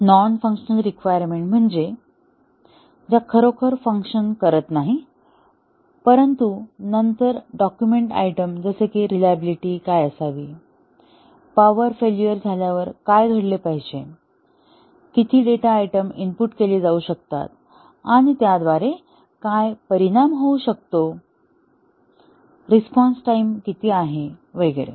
non functional requirement म्हणजे त्या ज्या खरोखर फंक्शन करत नाहीत परंतु नंतर डॉक्युमेंट आयटम जसे की रिलायेबिलिटी काय असावी पॉवर फेल्युर झाल्यावर काय घडले पाहिजे किती डेटा आयटम इनपुट केले जाऊ शकतात आणि त्याद्वारे काय परिणाम होऊ शकतो रिस्पॉन्स टाइम किती आहे वगैरे